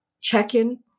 check-in